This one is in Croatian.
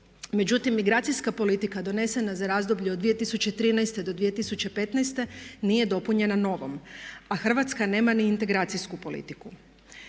Međutim, migracijska politika donesena za razdoblje od 2013. do 2015. nije dopunjena novom, a Hrvatska nema ni integracijsku politiku.